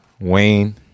Wayne